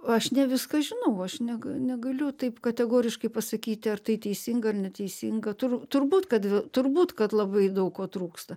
aš ne viską žinau aš nega negaliu taip kategoriškai pasakyti ar tai teisinga ar neteisinga turbūt kad turbūt kad labai daug ko trūksta